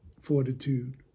fortitude